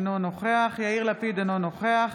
אינו נוכח יאיר לפיד, אינו נוכח